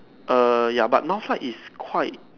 err ya but Northlight is quite